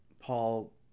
Paul